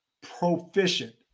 proficient